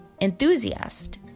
enthusiast